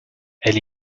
elle